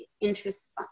interests